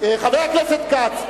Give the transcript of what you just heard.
חבר הכנסת כץ,